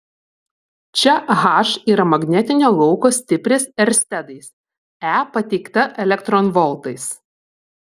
čia h yra magnetinio lauko stipris erstedais e pateikta elektronvoltais